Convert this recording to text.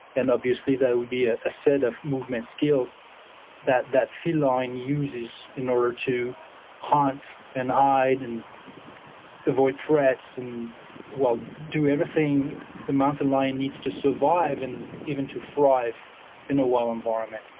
and obviously that would be ah a set of movement skills that that feline uses in order to hunt and hide and avoid threats and do everything the mountain lion needs to survive and even to thrive in a wild environment.